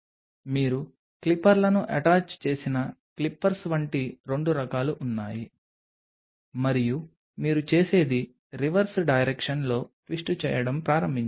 మీరు క్లిప్పర్లను అటాచ్ చేసిన క్లిప్పర్స్ వంటి 2 రకాలు ఉన్నాయి మరియు మీరు చేసేది రివర్స్ డైరెక్షన్లో ట్విస్ట్ చేయడం ప్రారంభించండి